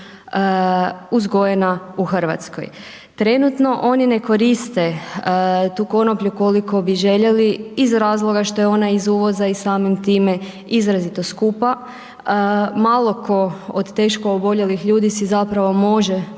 uzgojena u Hrvatskoj. Trenutno oni ne koriste tu konoplju koliko bi željeli, iz razloga što je ona iz uvoza i samim time izrazito skupa. Malo tko od teško oboljelih ljudi si zapravo može